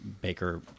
Baker